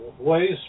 ways